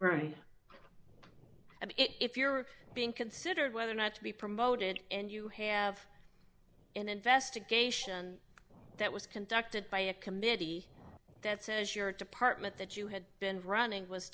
if you're being considered whether or not to be promoted and you have an investigation that was conducted by a committee that says your department that you had been running was